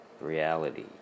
reality